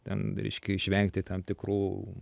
ten reiškia išvengti tam tikrų